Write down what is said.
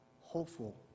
hopeful